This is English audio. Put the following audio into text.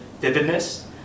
vividness